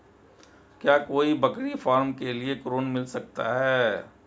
क्या कोई बकरी फार्म के लिए ऋण मिल सकता है?